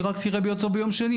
היא רק תהיה ביום שני,